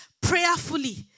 prayerfully